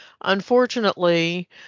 Unfortunately